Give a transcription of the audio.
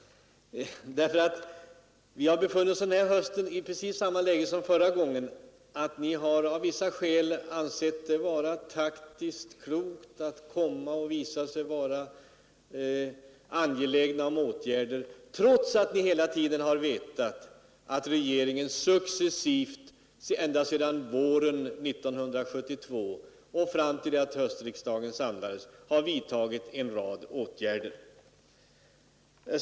Vi har under denna höst befunnit oss i precis samma läge som förra hösten. Av vissa skäl har ni ansett det vara taktiskt klokt att visa er angelägna om åtgärder, trots att ni hela tiden vetat att regeringen successivt ända från våren 1972 och fram till höstriksdagen vidtagit en rad åtgärder.